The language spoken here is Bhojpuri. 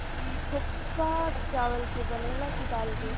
थुक्पा चावल के बनेला की दाल के?